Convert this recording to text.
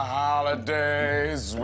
holidays